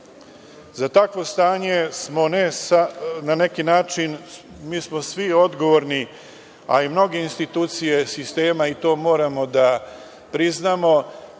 Za takvo stanje smo na neki način svi odgovorni, a i mnoge institucije sistema, i to moramo da priznamo.